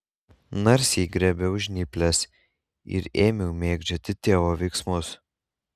narsiai griebiau žnyples ir ėmiau mėgdžioti tėvo veiksmus